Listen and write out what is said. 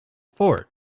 fort